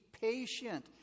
patient